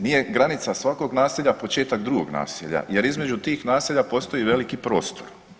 Nije granica svakog naselja početak drugog naselja jer između tih naselja postoji veliki prostor.